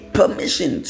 permission